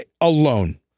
alone